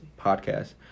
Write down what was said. Podcast